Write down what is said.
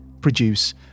produce